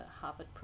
Harvard